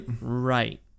Right